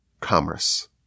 commerce